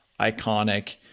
iconic